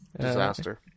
Disaster